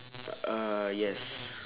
ah yes